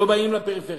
לא באים לפריפריה.